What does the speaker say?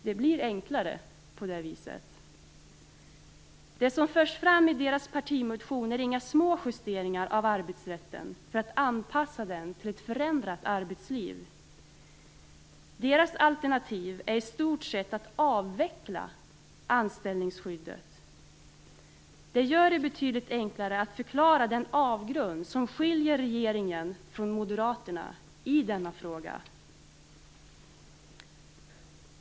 Det blir enklare på det viset. Det som förs fram i deras partimotion är inga små justeringar av arbetsrätten för att anpassa den till ett förändrat arbetsliv. Deras alternativ är i stort sett att avveckla anställningsskyddet. Det gör det betydligt enklare att förklara den avgrund som skiljer regeringen från Moderaterna i denna fråga.